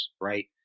right